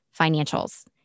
financials